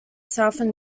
southern